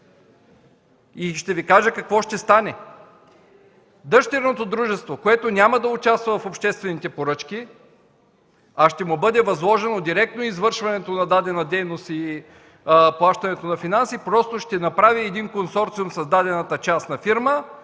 Ще Ви кажа какво ще стане. Дъщерното дружество, което няма да участва в обществените поръчки, а директно ще му бъде възложено извършването на дадена дейност и плащането на финанси, просто ще направи консорциум с дадена частна фирма